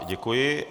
Děkuji.